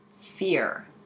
fear